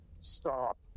stop